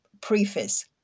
preface